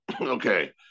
Okay